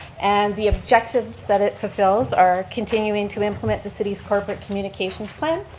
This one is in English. and the objectives that it fulfills are continuing to implement the city's corporate communications plan,